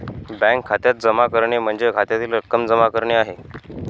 bank खात्यात जमा करणे म्हणजे खात्यातील रक्कम जमा करणे आहे